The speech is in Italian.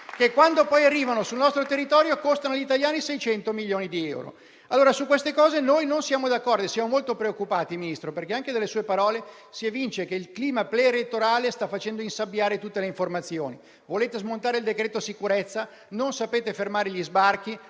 che, quando arrivano sul nostro territorio, costano agli italiani 600 milioni di euro. Su questi temi noi non siamo allora d'accordo e siamo molto preoccupati, signor Ministro, perché, anche dalle sue parole, si evince che il clima preelettorale sta facendo insabbiare tutte le informazioni. Volete smontare il decreto sicurezza, non sapete fermare gli sbarchi,